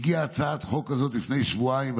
הגיעה הצעת החוק הזאת לפני שבועיים,